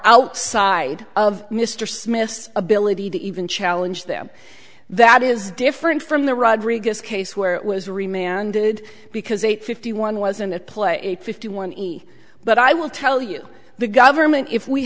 outside of mr smith's ability to even challenge them that is different from the rodriguez case where it was remain because eight fifty one wasn't at play eight fifty one but i will tell you the government if we